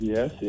Yes